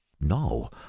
No